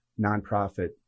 nonprofit